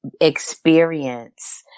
experience